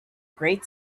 great